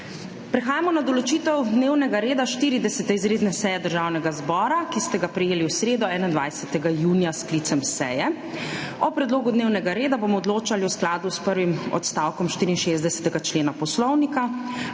Prehajamo na določitev dnevnega reda 40. izredne seje Državnega zbora, ki ste ga prejeli v sredo, 21. junija, s sklicem seje. O predlogu dnevnega reda bomo odločali v skladu s prvim odstavkom 64. člena Poslovnika.